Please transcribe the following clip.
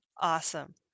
Awesome